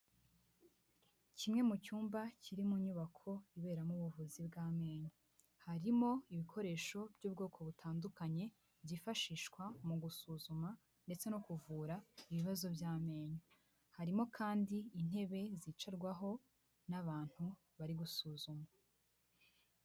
Kimwe mu cyumba kiri mu nyubako iberamo ubuvuzi bw'amenyo, harimo ibikoresho by'ubwoko butandukanye, byifashishwa mu gusuzuma ndetse no kuvura ibibazo by'amenyo harimo kandi intebe zicarwaho n'abantu bari gusuzumwa.